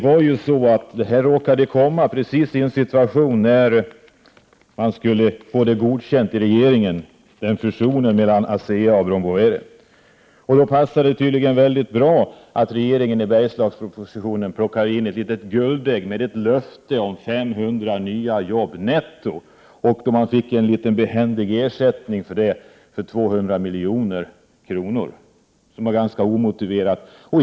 När fusionen mellan Asea och Brown Boveri skedde passade det tydligen ganska bra att regeringen i Bergslagspropositionen plockade in ett litet guldägg med löfte om 500 nya jobb netto. Detta fick ABB en liten behändig ersättning på 200 milj.kr. för. Detta var ganska omotiverat.